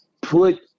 put